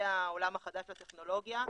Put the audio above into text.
זה העולם החדש של הטכנולוגיה.